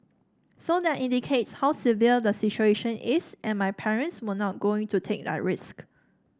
so that indicates how severe the situation is and my parents were not going to take that risk